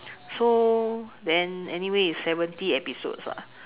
so then anyway is seventy episodes lah